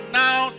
now